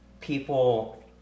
people